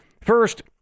First